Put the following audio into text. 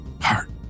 Heart